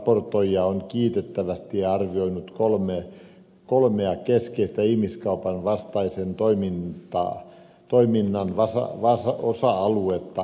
ihmiskaupparaportoija on kiitettävästi arvioinut kolmea keskeistä ihmiskaupan vastaisen toiminnan osa aluetta